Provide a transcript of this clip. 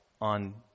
on